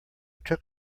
took